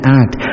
act